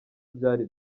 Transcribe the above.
byari